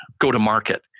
go-to-market